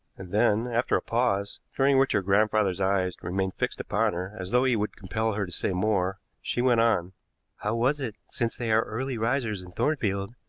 and then, after a pause, during which her grandfather's eyes remained fixed upon her as though he would compel her to say more, she went on how was it, since they are early risers in thornfield,